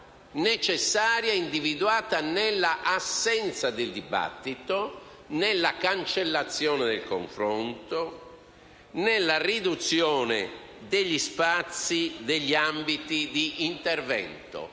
necessaria è individuata nella assenza del dibattito, nella cancellazione del confronto, nella riduzione degli spazi e degli ambiti di intervento